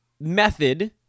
method